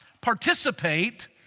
participate